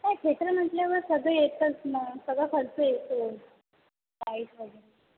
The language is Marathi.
काय थेटर म्हटल्यावर सगळं येतच ना सगळं खर्च येतो प्राईस वगैरे